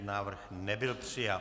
Návrh nebyl přijat.